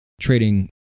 trading